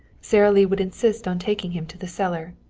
sara lee would insist on taking him to the cellar.